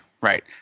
right